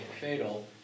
fatal